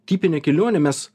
tipinė kelionė mes